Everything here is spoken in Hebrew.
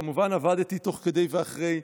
כמובן, עבדתי תוך כדי ואחרי.